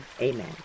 amen